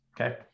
okay